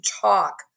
talk